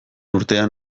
urtean